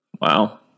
Wow